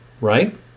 right